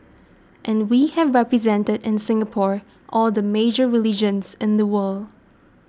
and we have represented in Singapore all the major religions in the world